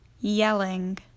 Yelling